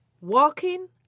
walking